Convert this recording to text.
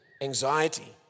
anxiety